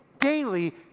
daily